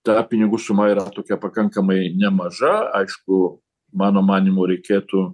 ta pinigų suma yra tokia pakankamai nemaža aišku mano manymu reikėtų